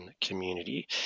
community